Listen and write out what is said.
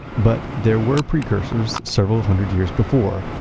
but there were precursors several hundred years before,